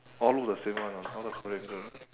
all look the same [one] ah all the korean girl